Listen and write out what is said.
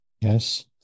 yes